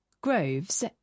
Groves